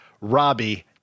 Robbie